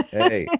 hey